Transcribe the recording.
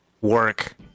work